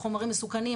חומרים מסוכנים.